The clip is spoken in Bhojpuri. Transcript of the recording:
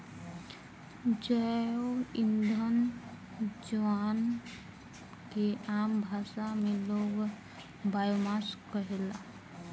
जैव ईंधन जवना के आम भाषा में लोग बायोमास कहेला